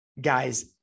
guys